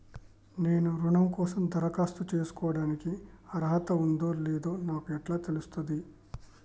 నేను రుణం కోసం దరఖాస్తు చేసుకోవడానికి అర్హత ఉందో లేదో నాకు ఎట్లా తెలుస్తది?